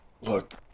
Look